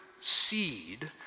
seed